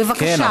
בבקשה.